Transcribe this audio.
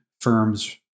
firms